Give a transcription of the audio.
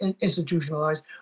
institutionalized